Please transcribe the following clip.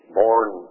born